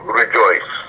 rejoice